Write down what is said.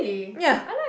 ya